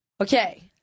okay